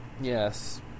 Yes